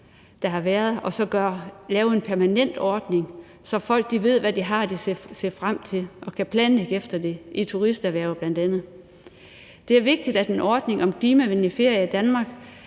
der har været, og så lave en permanent ordning, så folk ved, hvad de har at se frem til, og man kan planlægge efter det i turisterhvervet bl.a.? Det er vigtigt, at en ordning om klimavenlig ferie i Danmark,